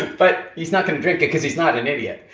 but he's not gonna drink it because he's not an idiot.